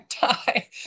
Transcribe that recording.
die